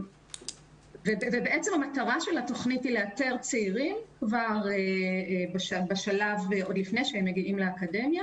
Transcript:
מטרת התכנית היא לאתר צעירים לפני שהם מגיעים לאקדמיה